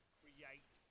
create